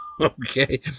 Okay